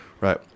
right